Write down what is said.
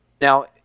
Now